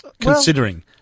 considering